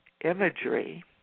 imagery